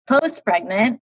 post-pregnant